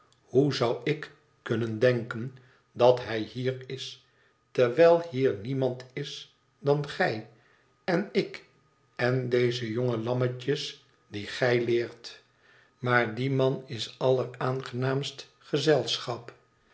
hoe zou ik kunnen denken dat hij hier is terwijl hier niemand is dan gij en ik en deze jonge lammetjes die j leert maar die man is alleraangenaamst gezelschap